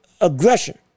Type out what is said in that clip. aggression